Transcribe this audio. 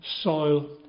soil